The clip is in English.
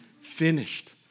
finished